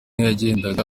yagendaga